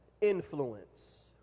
Influence